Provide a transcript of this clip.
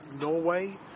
norway